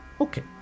Okay